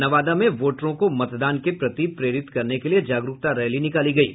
नवादा में वोटरों को मतदान के प्रति प्रेरित करने के लिए जागरूकता रैली निकाली गयी